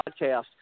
podcast